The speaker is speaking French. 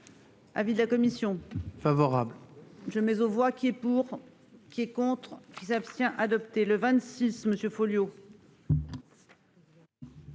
Avis de la commission favorable je mets aux voix qui est pour. Qui est contre qui s'abstient adopté le 26 monsieur